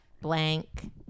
blank